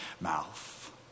mouth